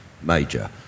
major